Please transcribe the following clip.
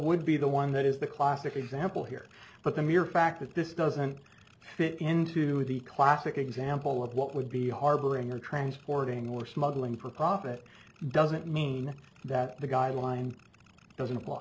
would be the one that is the classic example here but the mere fact that this doesn't fit into the classic example of what would be harboring or transporting or smuggling pre pubescent doesn't mean that the guidelines doesn't